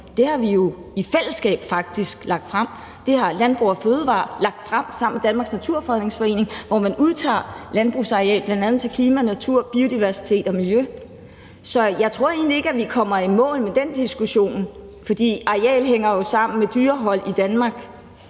jo faktisk i fællesskab lagt frem. Det har Landbrug & Fødevarer lagt frem sammen med Danmarks Naturfredningsforening, hvor man udtager landbrugsarealer bl.a. til klima, natur, biodiversitet og miljø. Så jeg tror egentlig ikke, at vi kommer i mål med den diskussion, for areal hænger jo sammen med dyrehold i Danmark.